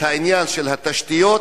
העניין של התשתיות,